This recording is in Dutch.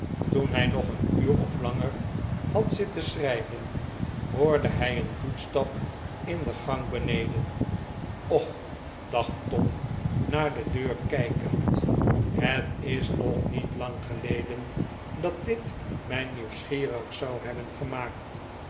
toen hij nog een uur of langer had zitten schrijven hoorde hij een voetstap in de gang beneden och dacht tom naar de deur kijkend het is nog niet lang geleden dat dit mij nieuwsgierig zou hebben gemaakt